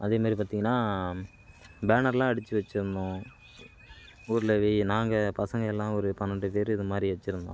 அதே மாரி பார்த்தீங்கன்னா பேனர் எல்லாம் அடித்து வெச்சுருந்தோம் ஊரில் வேய் நாங்கள் பசங்கள் எல்லாம் ஒரு பன்னெண்டு பேர் இது மாதிரி வெச்சுருந்தோம்